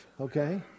okay